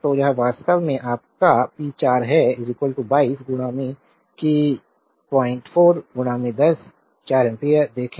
तो यह वास्तव में आपका पी 4 है 22 कि 04 10 4 एम्पीयर देखो